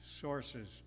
sources